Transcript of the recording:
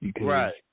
Right